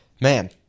man